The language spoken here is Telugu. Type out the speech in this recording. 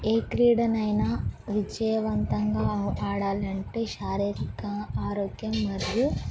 ఏ క్రీడనైనా విజయవంతంగా ఆడాలంటే శారీరిక ఆరోగ్యం మరియు